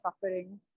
suffering